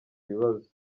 bibazo